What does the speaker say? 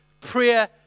Prayer